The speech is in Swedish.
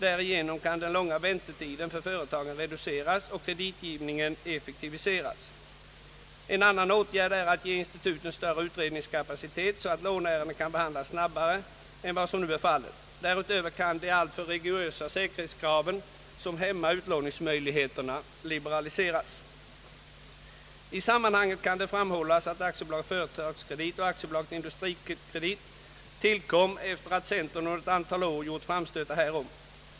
Därigenom kan den långa väntetiden för företagen reduceras och kreditgivningen effektiviseras. En annan åtgärd är att ge instituten större utredningskapacitet så att låneärendena kan behandlas snabbare än vad som nu är fallet. Därutöver kan de alltför rigorösa säkerhetskraven som hämmar utlåningsmöjligheterna liberaliseras. I sammanhanget kan det framhållas att AB Företagskredit och AB Industrikredit tillkom efter det att centern under ett antal år gjort framstötar därom.